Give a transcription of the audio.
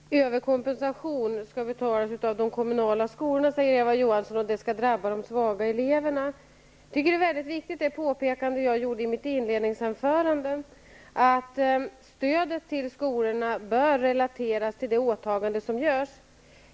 Herr talman! Eva Johansson säger att överkompensationen skall betalas av de kommunala skolorna, och det kommer att drabba de svaga eleverna. Det påpekande jag gjorde i mitt inledningsanförande är mycket viktigt, nämligen att stödet till skolorna bör relateras till de åtaganden som görs.